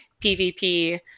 PVP